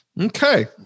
Okay